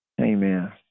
Amen